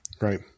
right